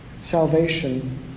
salvation